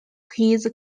his